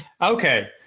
Okay